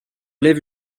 lève